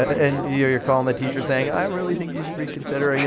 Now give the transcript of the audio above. and you're you're calling the teacher saying, i really think you reconsider. ah yeah